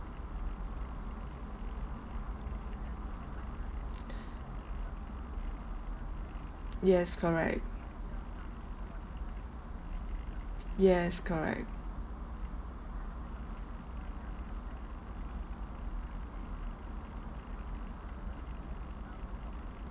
yes correct yes correct